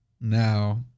now